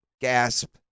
Gasp